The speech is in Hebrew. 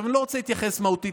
אני לא רוצה להתייחס מהותית